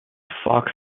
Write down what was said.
fox